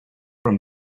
from